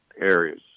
areas